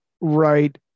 Right